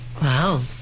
Wow